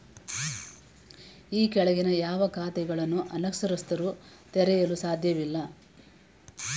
ಈ ಕೆಳಗಿನ ಯಾವ ಖಾತೆಗಳನ್ನು ಅನಕ್ಷರಸ್ಥರು ತೆರೆಯಲು ಸಾಧ್ಯವಿಲ್ಲ?